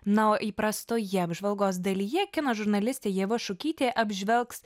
na o įprastoje apžvalgos dalyje kino žurnalistė ieva šukytė apžvelgs